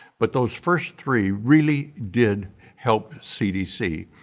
but those first three really did help cdc.